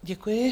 Děkuji.